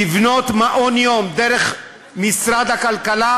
לבנות מעון-יום דרך משרד הכלכלה,